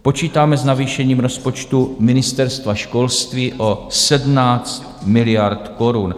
Počítáme s navýšením rozpočtu Ministerstva školství o 17 miliard korun.